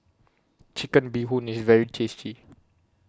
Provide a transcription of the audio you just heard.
Chicken Bee Hoon IS very tasty